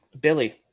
Billy